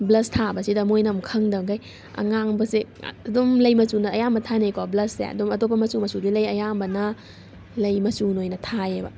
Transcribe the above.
blush ꯊꯥꯕꯁꯤꯗ ꯃꯣꯏꯅ ꯑꯃꯨꯛ ꯈꯪꯗꯝꯈꯩ ꯑꯉꯥꯡꯕꯁꯦ ꯑꯗꯨꯝ ꯂꯩ ꯃꯆꯨꯅ ꯑꯌꯥꯝꯕ ꯊꯥꯅꯩꯀꯣ ꯕ꯭ꯂꯁꯁꯦ ꯑꯗꯨꯝ ꯑꯇꯣꯞꯄ ꯃꯆꯨ ꯃꯆꯨꯗꯤ ꯂꯩ ꯑꯌꯥꯝꯕꯅ ꯂꯩ ꯃꯆꯨꯅ ꯑꯣꯏꯅ ꯊꯥꯏꯌꯦꯕ